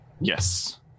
Yes